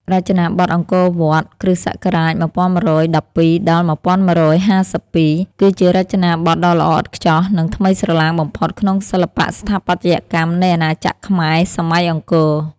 រចនាបថអង្គរវត្ត (គ.ស. ១១១២ ដល់ ១១៥២) គឺជារចនាបថដ៏ល្អឥតខ្ចោះ និងថ្មីស្រឡាងបំផុតក្នុងសិល្បៈស្ថាបត្យកម្មនៃអាណាចក្រខ្មែរ សម័យអង្គរ។